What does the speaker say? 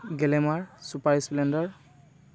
Glamour Super Splendor